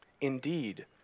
Indeed